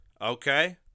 okay